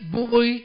boy